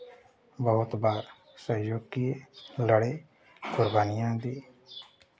बहुत बार सहयोग किए लड़े कुर्बानियाँ दी